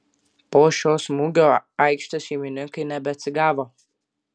po šio smūgio aikštės šeimininkai nebeatsigavo